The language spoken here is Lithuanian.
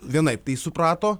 vienaip tai suprato